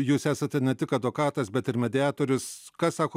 jūs esate ne tik advokatas bet ir mediatorius ką sako